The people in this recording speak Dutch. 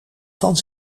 van